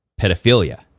pedophilia